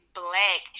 black